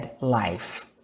life